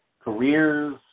careers